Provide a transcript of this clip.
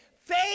Faith